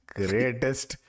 greatest